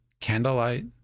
candlelight